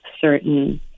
certain